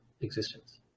existence